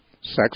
sex